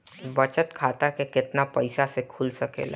बचत खाता केतना पइसा मे खुल सकेला?